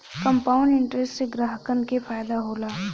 compound interest से ग्राहकन के फायदा होला